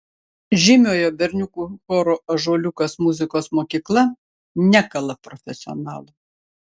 žymiojo berniukų choro ąžuoliukas muzikos mokykla nekala profesionalų